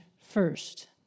first